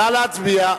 נא להצביע.